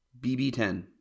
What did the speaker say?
BB10